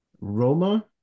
Roma